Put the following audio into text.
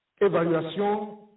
Évaluation